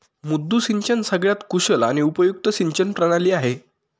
मुद्दू सिंचन सगळ्यात कुशल आणि उपयुक्त सिंचन प्रणाली आहे